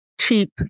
cheap